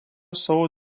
savo